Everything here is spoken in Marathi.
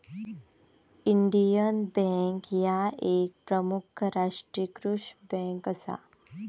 इंडियन बँक ह्या एक प्रमुख राष्ट्रीयीकृत बँक असा